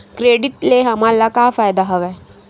Credit ले हमन ला का फ़ायदा हवय?